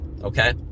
Okay